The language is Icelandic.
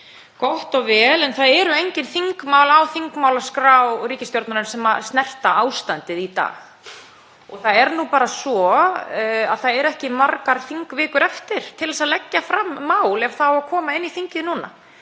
Gott og vel. En það eru engin þingmál á þingmálaskrá ríkisstjórnarinnar sem snerta ástandið í dag. Það er nú bara svo að það eru ekki margar þingvikur eftir til að leggja fram mál ef það á að koma inn í þingið núna.